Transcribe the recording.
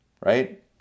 right